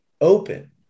open